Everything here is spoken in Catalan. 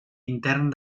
intern